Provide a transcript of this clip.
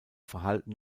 verhalten